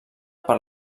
per